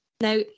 Now